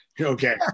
Okay